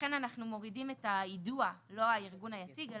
ולכן אנחנו מורידים את היידוע לא הארגון היציג,